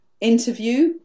interview